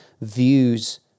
views